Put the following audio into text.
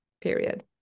period